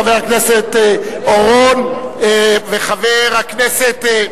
חבר הכנסת אורון וחבר הכנסת,